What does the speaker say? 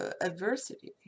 adversity